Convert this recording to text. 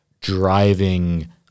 driving